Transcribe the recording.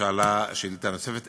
ששאלה שאילתה נוספת,